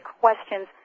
questions